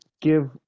give